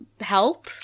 help